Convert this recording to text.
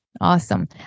Awesome